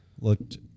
looked